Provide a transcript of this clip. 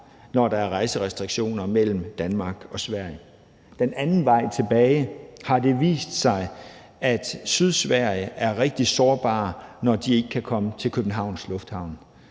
når der er rejserestriktioner mellem Danmark og Sverige. Den anden vej tilbage har det vist sig, at Sydsverige er rigtig sårbart, når de ikke kan komme til Københavns Lufthavn.